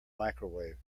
microwave